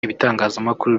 ibitangazamakuru